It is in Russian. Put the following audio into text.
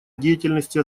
деятельности